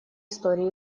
истории